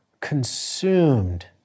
consumed